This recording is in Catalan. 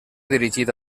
dirigit